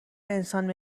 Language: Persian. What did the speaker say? انسان